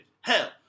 Hell